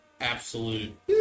absolute